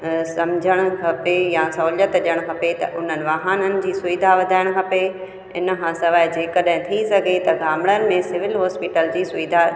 समुझणु खपे या सहूलियत ॾियणु खपे त हुननि वाहननि जी सुविधा वधाइणु खपे हिन खां सवाइ जे कॾहिं थी सघे त गामणनि में सिवील हॉस्पिटल जी सुविधा